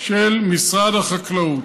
של משרד החקלאות.